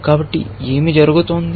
కాబట్టి ఏమి జరుగుతోంది